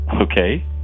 Okay